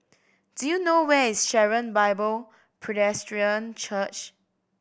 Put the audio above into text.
do you know where is Sharon Bible Presbyterian Church